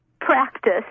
practice